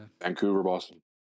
Vancouver-Boston